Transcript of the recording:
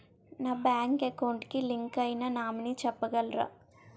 నా bank account కి link అయినా నామినీ చెప్పగలరా?